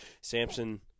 Samson